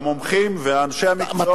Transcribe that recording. המומחים ואנשי המקצוע,